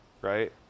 Right